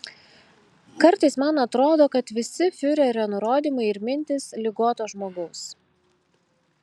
kartais man atrodo kad visi fiurerio nurodymai ir mintys ligoto žmogaus